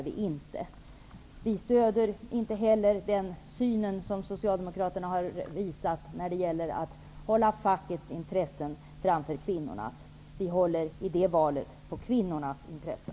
Vi stöder inte heller den ståndpunkt som Socialdemokraterna har intagit när det gäller att sätta fackens intresse framför kvinnornas. I det valet håller vi på kvinnornas intressen.